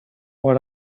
what